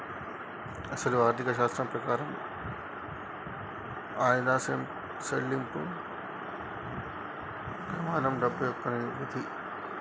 అసలు ఆర్థిక శాస్త్రం ప్రకారం ఆయిదా సెళ్ళింపు పెమానం డబ్బు యొక్క విధి